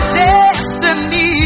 destiny